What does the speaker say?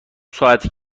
ساعته